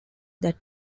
that